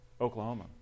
Oklahoma